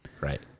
right